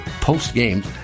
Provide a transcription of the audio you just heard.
post-game